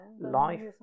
life